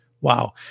Wow